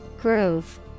Groove